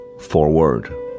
forward